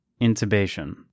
Intubation